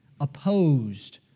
opposed